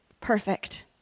perfect